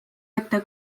ette